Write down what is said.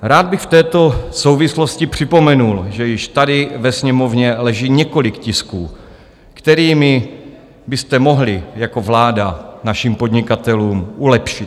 Rád bych v této souvislosti připomenul, že již tady ve Sněmovně leží několik tisků, kterými byste mohli jako vláda našim podnikatelům přilepšit.